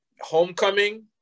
homecoming